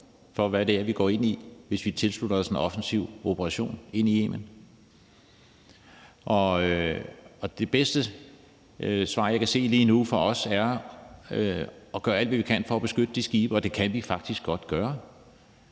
for, hvad det er, vi går ind i, hvis vi tilslutter os en offensiv operation ind i Yemen. Og det bedste svar, jeg lige nu kan se for os, er at gøre alt, hvad vi kan, for at beskytte de skibe, og det kan vi faktisk godt gøre.